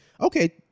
okay